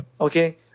Okay